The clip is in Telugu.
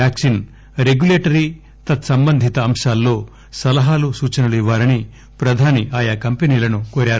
వాక్పిన్ రెగ్యులేటరీ తత్పంబంధిత అంశాల్లో సలహాలు సూచనలు ఇవ్వాలని ప్రధాని ఆయా కంపెనీలను కోరారు